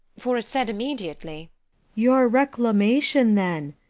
for it said immediately your reclamation, then.